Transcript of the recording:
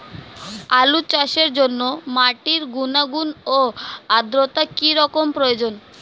আলু চাষের জন্য মাটির গুণাগুণ ও আদ্রতা কী রকম প্রয়োজন?